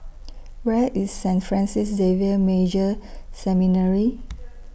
Where IS Saint Francis Xavier Major Seminary